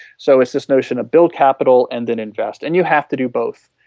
so it's this notion of build capital and then invest and you have to do both.